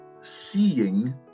seeing